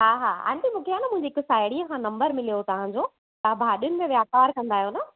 हा हा आंटी मूंखे आहे न मुंहिंजी हिक साहेड़ीअ खां नंबर मिलियो उहो तव्हांजो तव्हां भाॼियुनि जो वापार कंदा आहियो न